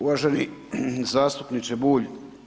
Uvaženi zastupniče Bulj.